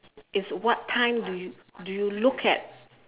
is what time do you do you look at